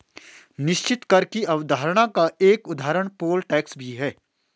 निश्चित कर की अवधारणा का एक उदाहरण पोल टैक्स भी है